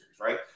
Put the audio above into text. right